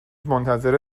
منتظر